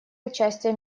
участие